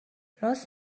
راست